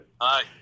Hi